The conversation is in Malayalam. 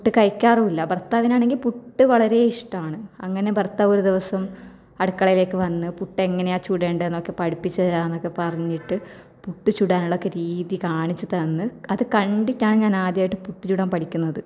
പുട്ട് കഴിക്കാറുമില്ല ഭർത്താവിനാണെങ്കിൽ പുട്ട് വളരെ ഇഷ്ടമാണ് അങ്ങനെ ഭർത്താവ് ഒരു ദിവസം അടുക്കളയിലേക്ക് വന്ന് പുട്ടെങ്ങനെയാണ് ചുടേണ്ടതെന്നൊക്കെ പഠിപ്പിച്ച് തരാമെന്നൊക്കെ പറഞ്ഞിട്ട് പുട്ട് ചുടാനുള്ള ഒക്കെ രീതി കാണിച്ച് തന്ന് അത് കണ്ടിട്ടാണ് ഞാനാദ്യമായിട്ട് പുട്ട് ചുടാൻ പഠിക്കുന്നത്